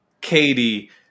Katie